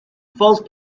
false